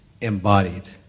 embodied